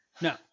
No